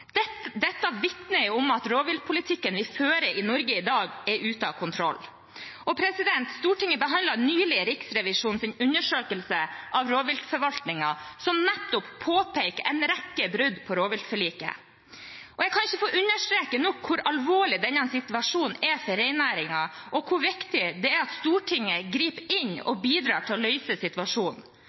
Dette vitner om at rovviltpolitikken vi fører i Norge i dag, er ute av kontroll. Stortinget behandlet nylig Riksrevisjonens undersøkelse av rovviltforvaltningen, som nettopp påpeker en rekke brudd på rovviltforliket. Jeg kan ikke få understreket nok hvor alvorlig denne situasjonen er for reinnæringen, og hvor viktig det er at Stortinget griper inn og bidrar til å løse situasjonen.